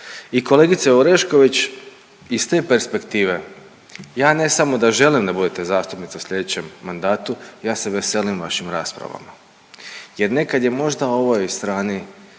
I kolegice Oreškoviće iz te perspektive ja ne samo da želim da budete zastupnica u sljedećem mandatu, ja se veselim vašim raspravama jer nekad je možda ovoj strani